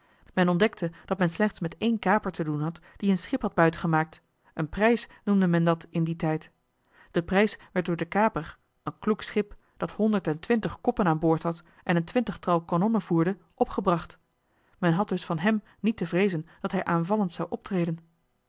men ontdekte dat men slechts met één kaper te doen had die een schip had buit gemaakt een prijs noemde men dat in dien tijd de prijs werd door den kaper een kloek schip dat honderd-en-twintig koppen aan boord had en een twintigtal kanonnen voerde opgebracht men had dus van hem niet te vreezen dat hij aanvallend zou optreden